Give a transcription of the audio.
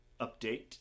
update